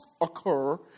occur